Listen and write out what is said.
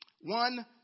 one